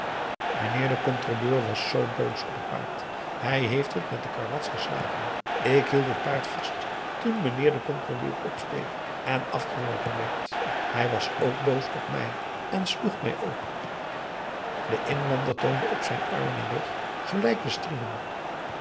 mijnheer de controleur was zoo boos op het paard hij heeft het met de karwats geslagen ik hield het paard vast toen mijnheer de controleur opsteeg en afgeworpen werd hij was ook boos op mij en sloeg mij ook de inlander toonde op zijn armen en rug gelijke striemen